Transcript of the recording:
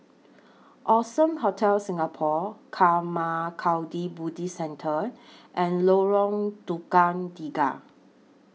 Allson Hotel Singapore Karma Kagyud Buddhist Centre and Lorong Tukang Tiga